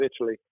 Italy